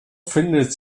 findet